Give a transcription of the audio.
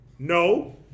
No